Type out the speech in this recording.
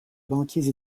banquiers